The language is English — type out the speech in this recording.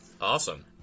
Awesome